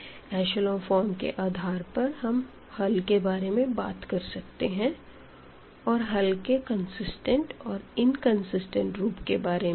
echelon form के आधार पर हम हल के बारे में बात कर सकते हैं और हल के कंसिस्टेंट और इनकंसिस्टेंट रूप के बारे में भी